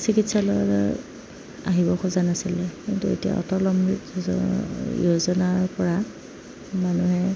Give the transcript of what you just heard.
চিকিৎসালয়ত আহিব খোজা নাছিলে কিন্তু এতিয়া অটল অমৃত যোজনা য়োজনাৰপৰা মানুহে